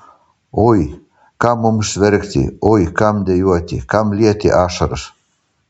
oi kam mums verkti oi kam dejuoti kam lieti ašaras